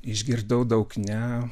išgirdau daug ne